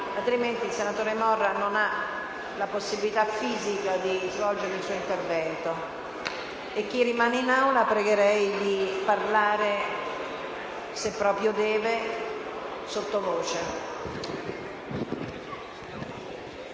altrimenti il senatore Morra non ha la possibilità fisica di svolgere il suo intervento. Prego invece chi rimane in Aula di parlare - se proprio deve - sottovoce.